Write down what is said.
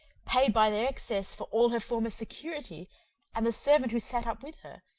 paid by their excess for all her former security and the servant who sat up with her,